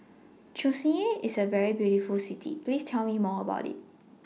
Chisinau IS A very beautiful City Please Tell Me More about IT